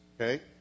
Okay